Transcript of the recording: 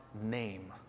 name